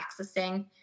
accessing